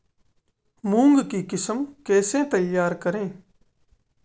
मूंग की किस्म कैसे तैयार करें?